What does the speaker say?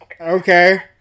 okay